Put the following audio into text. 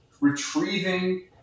retrieving